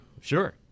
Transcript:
sure